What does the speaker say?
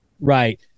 Right